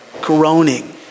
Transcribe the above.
groaning